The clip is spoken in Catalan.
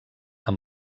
amb